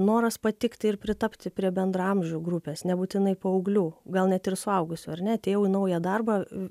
noras patikti ir pritapti prie bendraamžių grupės nebūtinai paauglių gal net ir suaugusių ar ne atėjau į naują darbą